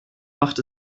macht